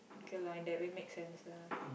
okay lah in that way make sense lah